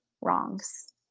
wrongs